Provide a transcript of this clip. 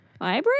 Library